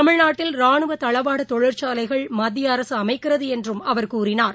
தமிழ்நாட்டில் ரானுவதளவாடதொழிற்சாலைகள் மத்தியஅரசுஅமைக்கிறதுஎன்றும் அவர் கூறினார்